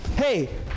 Hey